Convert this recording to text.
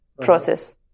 process